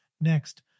Next